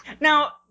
Now